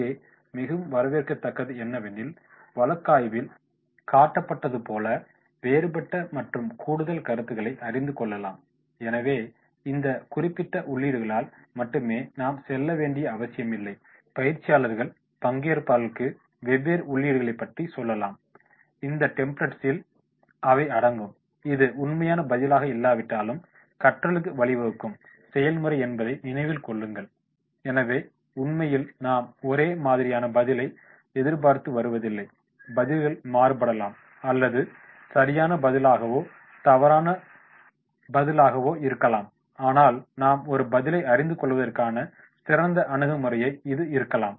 இங்கே மிகவும் வரவேற்கத்தக்கது என்னவெனில் வழக்காய்வில் காட்டப்பட்டதுபோல் வேறுபட்ட மற்றும் கூடுதல் கருத்துகளை அறிந்து கொள்ளலாம் எனவே இந்த குறிப்பிட்ட உள்ளீடுகளால் மட்டுமே நாம் செல்ல வேண்டிய அவசியமில்லை பயிற்சியாளர்கள் பங்கேற்பாளர்களுக்கு வெவ்வேறு உள்ளீடுகளை பற்றி சொல்லலாம் இந்த டெம்ப்ளட்ஸில் அவை அடங்கும் இது உண்மையான பதிலாக இல்லாவிட்டாலும் கற்றலுக்கு வழிவகுக்கும் செயல்முறை என்பதை நினைவில் கொள்ளுங்கள் எனவே உண்மையில் நாம் ஒரே மாதிரியான பதிலை எதிர்பார்த்து வருவதில்லை பதில்கள் மாறுபடலாம் அல்லது சரியான பதிலாகவோ தவறான பதிலாகவோ இருக்கலாம் ஆனால் நாம் ஒரு பதிலை அறிந்து கொள்வதற்கான சிறந்த அணுகுமுறையாக இது இருக்கலாம்